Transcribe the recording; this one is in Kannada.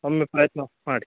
ಒಮ್ಮೆ ಪ್ರಯತ್ನ ಮಾಡಿ